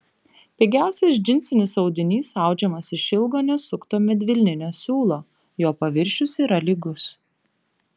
pigiausias džinsinis audinys audžiamas iš ilgo nesukto medvilninio siūlo jo paviršius yra lygus